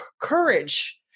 courage